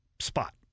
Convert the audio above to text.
Spot